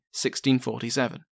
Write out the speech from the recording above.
1647